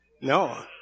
No